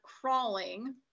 crawling